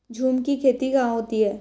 झूम की खेती कहाँ होती है?